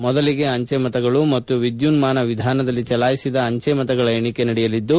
ಮೊದಲಿಗೆ ಅಂಚೆ ಮತಗಳು ಮತ್ತು ವಿದ್ಯುನ್ನಾನ ವಿಧಾನದಲ್ಲಿ ಚಲಾಯಿಸಿರುವ ಅಂಚೆ ಮತಗಳ ಎಣಿಕೆ ನಡೆಯಲಿದ್ದು